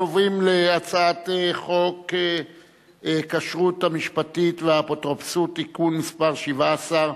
אנחנו עוברים להצעת חוק הכשרות המשפטית והאפוטרופסות (תיקון מס' 17)